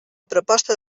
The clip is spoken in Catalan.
proposta